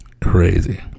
crazy